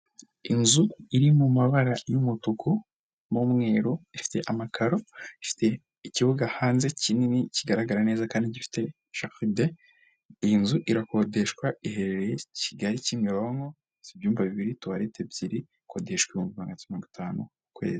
Inzu iri mu mabara y'umutuku n'umweru ifite amakaro, ifite ikibuga hanze kinini kigaragara neza kandi gifite jaride. Iyi nzu irakodeshwa iherereye Kigali-Kimironko, ifite ibyumba bibiri, tuwareti ebyiri, ikodeshwa ibihu magana atatu na mirongo itanu ku kwezi.